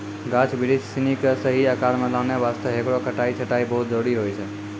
गाछ बिरिछ सिनि कॅ सही आकार मॅ लानै वास्तॅ हेकरो कटाई छंटाई बहुत जरूरी होय छै